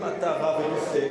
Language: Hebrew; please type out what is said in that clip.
אם אתה רב ופוסק,